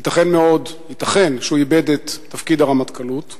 ייתכן מאוד, ייתכן שהוא איבד את תפקיד הרמטכ"לות,